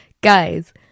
Guys